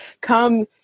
come